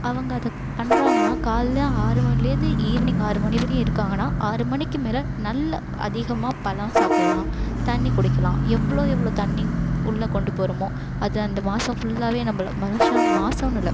அவங்க அது பண்ணுறாங்கன்னா காலையில் ஆறு மணிலேருந்து ஈவினிங் ஆறு மணி வரையும் இருக்காங்கன்னா ஆறு மணிக்கு மேலே நல்ல அதிகமாக பழம் சாப்பிடலாம் தண்ணி குடிக்கலாம் எவ்வளோ எவ்வளோ தண்ணி உள்ள கொண்டு போகிறமோ அது அந்த மாதம் ஃபுல்லாவே நம்மள மனுஷ மாதன்னு இல்லை